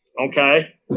okay